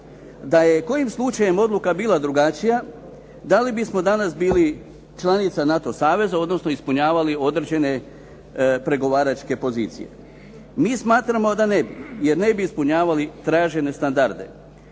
Da je kojim slučajem odluka bila drugačija da li bismo danas bili članica NATO saveza odnosno ispunjavali određene pregovaračke pozicije. Mi smatramo da ne bi jer ne bi ispunjavali tražene standarde.